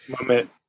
Moment